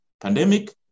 pandemic